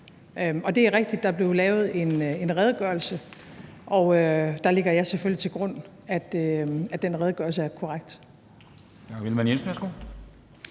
Og det er rigtigt, at der blev lavet en redegørelse, og der lægger jeg selvfølgelig til grund, at den redegørelse er korrekt.